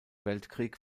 weltkrieg